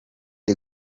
the